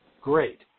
Great